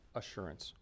assurance